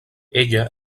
ella